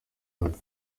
nkambi